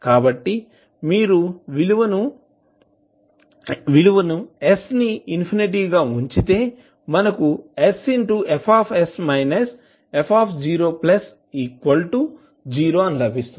కాబట్టి మీరు విలువను s ని ఇన్ఫినిటీ గా ఉంచితే మనకు sFs f00 లభిస్తుంది